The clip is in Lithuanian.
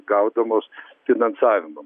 gaudamos finansavimą